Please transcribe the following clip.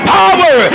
power